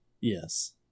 Yes